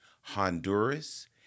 Honduras